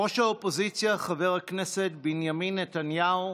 ראש האופוזיציה חבר הכנסת בנימין נתניהו,